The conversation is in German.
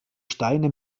steine